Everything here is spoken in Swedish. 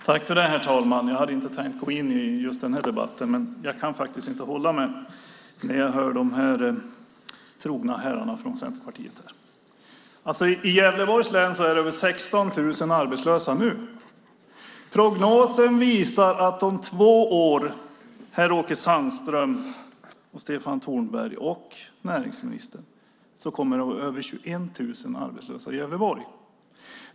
Herr talman! Jag hade inte tänkt gå in just i denna debatt, men jag kan faktiskt inte låta bli när jag hör dessa trogna herrar från Centerpartiet. I Gävleborgs län är det 16 000 arbetslösa nu. Prognosen visar, Åke Sandström, Stefan Tornberg och näringsministern, att det om två år kommer att vara över 21 000 arbetslösa i Gävleborg.